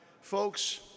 folks